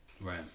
Right